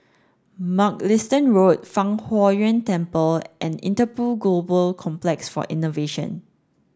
mugliston Road Fang Huo Yuan Temple and Interpol Global Complex for Innovation